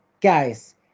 guys